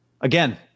Again